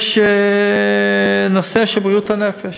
יש נושא של בריאות הנפש.